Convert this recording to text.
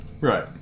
Right